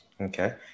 Okay